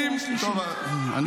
הייתה קריאה שלישית.